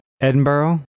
Edinburgh